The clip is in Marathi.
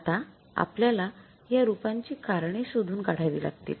आता आपल्याला या रुपांची कारणे शोधून काढावी लागतील